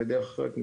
אם בדרך אחרת,